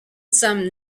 son